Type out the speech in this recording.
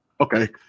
okay